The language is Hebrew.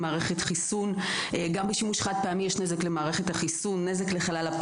מערכת חיסון גם בשימוש חד פעמי יש נזק למערכת החיסון,